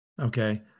Okay